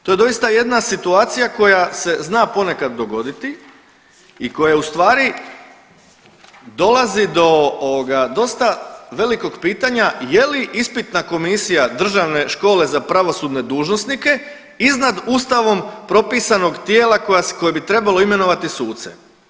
To je doista jedna situacija koja se zna ponekad dogoditi i koja u stvari dolazi do ovoga dosta velikog pitanja je li ispitna komisija Državne škole za pravosudne dužnosnike iznad ustavom propisanog tijela koje bi trebalo imenovati suce.